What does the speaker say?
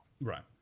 right